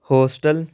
hostel